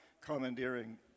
commandeering